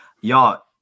y'all